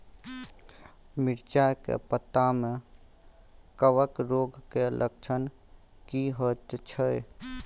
मिर्चाय के पत्ता में कवक रोग के लक्षण की होयत छै?